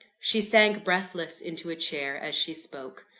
she sank breathless into a chair, as she spoke.